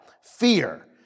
Fear